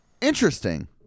Interesting